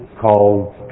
called